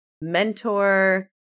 mentor